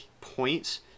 points